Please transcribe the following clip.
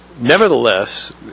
nevertheless